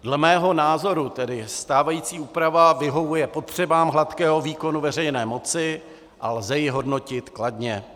Dle mého názoru tedy stávající úprava vyhovuje potřebám hladkého výkonu veřejné moci a lze ji hodnotit kladně.